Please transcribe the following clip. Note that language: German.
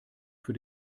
für